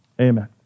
Amen